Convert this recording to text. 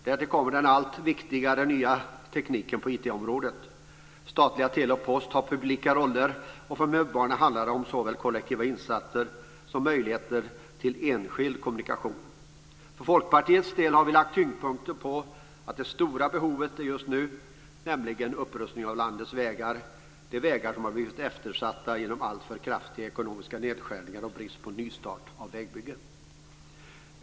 Därtill kommer den allt viktigare nya tekniken på IT-området. De statliga tele och postverksamheterna har publika roller, och för medborgarna handlar det om såväl kollektiva insatser som möjligheter till enskild kommunikation. För Folkpartiets del har vi lagt tyngdpunkten på det stora behovet just nu, nämligen upprustningen av landets vägar, de vägar som har blivit eftersatta genom alltför kraftiga ekonomiska nedskärningar och brist på nystart av vägbyggen.